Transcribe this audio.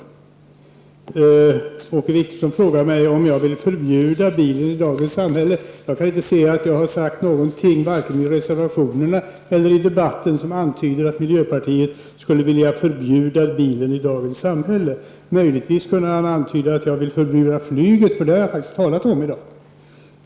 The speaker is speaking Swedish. Åke Wictorsson frågar mig om jag vill förbjuda bilarna i dagens samhälle. Jag kan inte se att jag skulle ha sagt något, varken i reservationerna eller i debatten, som innebär att miljöpartiet skulle vilja förbjuda bilar i dagens samhälle. Möjligen kunde Åke Wictorsson antyda att jag ville förbjuda flyget, för det har jag faktiskt talat om i dag.